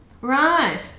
Right